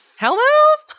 Hello